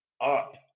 up